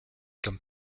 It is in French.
comme